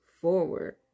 forward